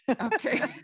Okay